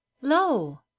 lo